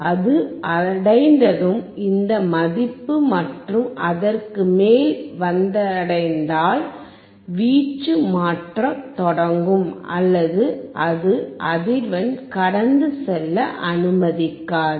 அது அடைந்ததும் இந்த மதிப்பு மற்றும் அதற்கு மேல் வந்தடைந்தால் வீச்சை மாற்றத் தொடங்கும் அல்லது அது அதிர்வெண் கடந்து செல்ல அனுமதிக்காது